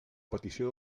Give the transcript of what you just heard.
petició